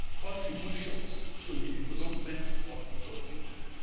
contributions to the development of the computer.